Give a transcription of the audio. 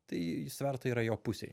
tai svertai yra jo pusėj